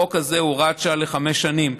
החוק הזה הוא הוראת שעה לחמש שנים,